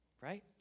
right